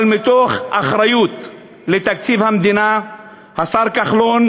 אבל מתוך אחריות לתקציב המדינה השר כחלון